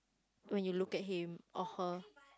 when you look at him or her